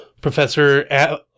Professor